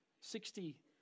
sixty